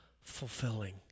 fulfilling